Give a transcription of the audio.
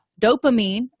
dopamine